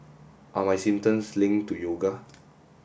are my symptoms linked to yoga